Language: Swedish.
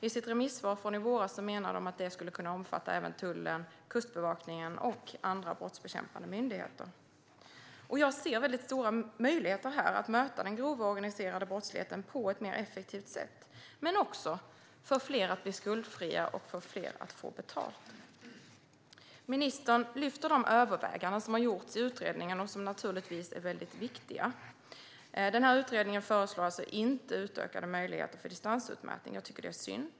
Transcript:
I sitt remissvar från i våras menar de att det skulle kunna omfatta även Tullen, Kustbevakningen och andra brottsbekämpande myndigheter. Jag ser här väldigt stora möjligheter att möta den grova organiserade brottsligheten på ett mer effektivt sätt. Det handlar även om att fler ska kunna bli skuldfria och att fler ska kunna få betalt. Ministern lyfter upp de överväganden som har gjorts i utredningen och som naturligtvis är väldigt viktiga. Utredningen föreslår alltså inte utökade möjligheter till distansutmätning, vilket jag tycker är synd.